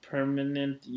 Permanent